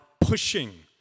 pushing